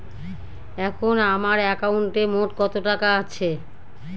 এখন আমার একাউন্টে মোট কত টাকা আছে?